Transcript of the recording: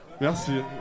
Merci